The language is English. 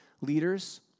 leaders